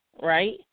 right